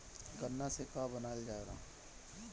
गान्ना से का बनाया जाता है?